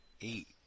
eight